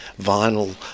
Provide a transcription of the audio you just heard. vinyl